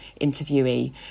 interviewee